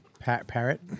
Parrot